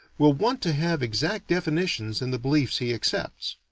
will want to have exact definitions in the beliefs he accepts.